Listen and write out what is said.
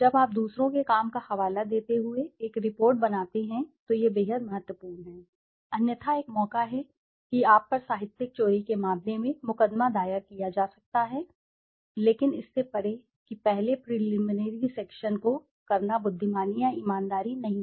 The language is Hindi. जब आप दूसरों के काम का हवाला देते हुए एक रिपोर्ट बनाते हैं तो यह बेहद महत्वपूर्ण है अन्यथा एक मौका है कि आप पर साहित्यिक चोरी के मामले में मुकदमा दायर किया जा सकता है लेकिन इससे परे कि पहले प्रिलिमिनरी सेक्शन को करना बुद्धिमानी या ईमानदारी नहीं है